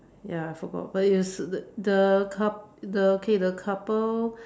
ya I forgot but it was the the coup~ the okay the couple